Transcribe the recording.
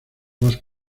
más